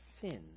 sin